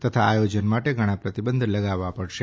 તથા આયોજન માટે ધણાં પ્રતિબંધ લગાવવા પડશે